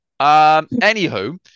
anywho